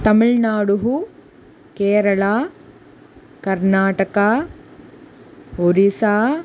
तमिळ्नाडुः Kerala Karnataka Orissa